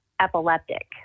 epileptic